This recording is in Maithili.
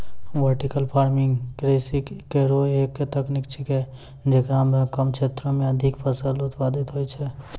वर्टिकल फार्मिंग कृषि केरो एक तकनीक छिकै, जेकरा म कम क्षेत्रो में अधिक फसल उत्पादित होय छै